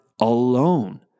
alone